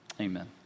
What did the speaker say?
Amen